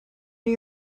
new